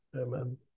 Amen